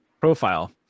profile